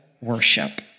worship